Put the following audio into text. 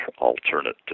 alternative